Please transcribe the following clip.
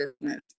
business